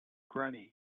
granny